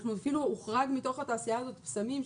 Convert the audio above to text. כאילו הוחרגו מתוך התעשייה הזאת בשמים,